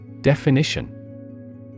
Definition